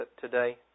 today